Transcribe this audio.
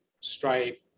Stripe